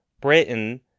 Britain